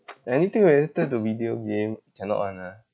anything related to video game cannot [one] ah